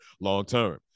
long-term